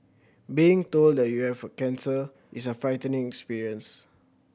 being told that you have cancer is a frightening experience